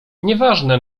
nieważne